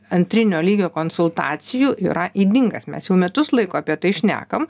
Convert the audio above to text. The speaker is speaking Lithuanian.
antrinio lygio konsultacijų yra ydingas mes jau metus laiko apie tai šnekam